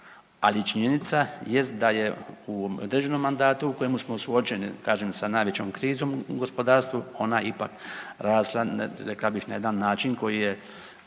ali činjenica jest da je u određenom mandatu u kojemu smo suočeni, kažem sa najvećom krizom u gospodarstvu, ona je ipak rasla, rekao bih na jedan način bi htjeli